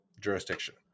jurisdiction